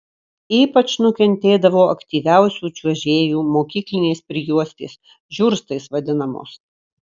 ypač nukentėdavo aktyviausių čiuožėjų mokyklinės prijuostės žiurstais vadinamos